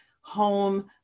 home